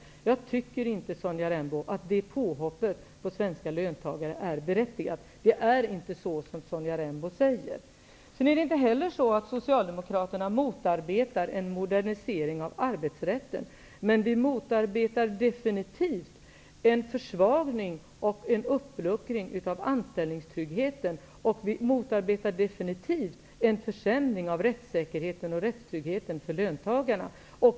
Jag tycker, Sonja Rembo, att det påhoppet på svenska löntagare inte är berättigat. Det är inte så, som Sonja Rembo säger. Socialdemokraterna motarbetar inte en modernisering av arbetsrätten, men vi motarbetar absolut en försvagning och en uppluckring av anställningstryggheten. Vi motarbetar också absolut en försämring av rättssäkerheten och rättstryggheten för löntagarna.